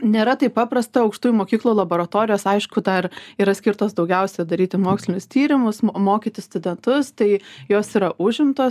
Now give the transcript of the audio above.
nėra taip paprasta aukštųjų mokyklų laboratorijos aišku dar yra skirtos daugiausia daryti mokslinius tyrimus mo mokyti studentus tai jos yra užimtos